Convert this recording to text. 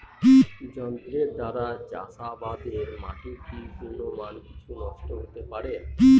যন্ত্রের দ্বারা চাষাবাদে মাটির কি গুণমান কিছু নষ্ট হতে পারে?